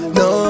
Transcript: no